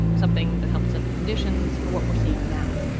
something that helped set the conditions for what we're seeing now.